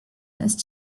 ist